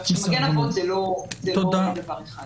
כך שמגן אבות זה לא דבר אחד.